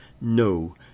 no